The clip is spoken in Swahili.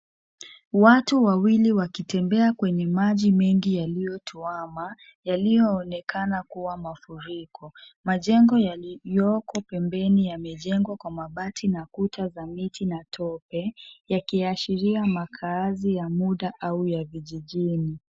Watu wawili wakitembea kwenye maji mengi yaliyotoama, yaliyoonekana kuwa mafuriko. Majengo yaliyoko pembeni yamejengwa kwa mabati kuta za miti na tope, yakiashiria makaazi ya mda au ya vijijini.